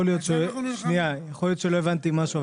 יכול להיות שלא הבנתי משהו,